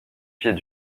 pieds